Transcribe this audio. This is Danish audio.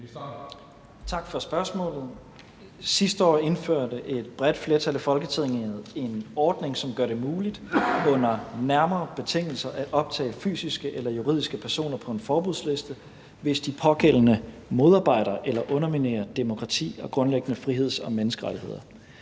Tak for spørgsmålet. Sidste år indførte et bredt flertal i Folketinget en ordning, som gør det muligt under nærmere betingelser at optage fysiske eller juridiske personer på en forbudsliste, hvis de pågældende modarbejder eller underminerer demokrati og grundlæggende friheds- og menneskerettigheder.